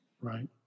Right